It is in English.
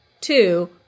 Two